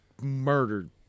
murdered